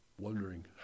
wondering